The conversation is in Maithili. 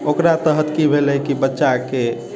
ओकरा तहत की भेलै की बच्चा के